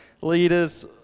leaders